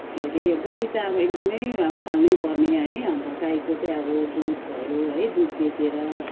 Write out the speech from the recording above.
के अरे गाई त अब एकदमै अब पाल्नैपर्ने है अन्त गाईको चाहिँ अब दुध भयो है दुध बेचेर